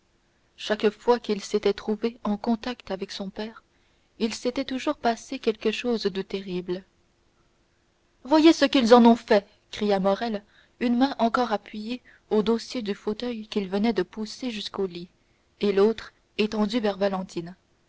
chaque fois qu'il s'était trouvé en contact avec son père il s'était toujours passé quelque chose de terrible voyez ce qu'ils en ont fait cria morrel une main encore appuyée au dossier du fauteuil qu'il venait de pousser jusqu'au lit et l'autre étendue vers valentine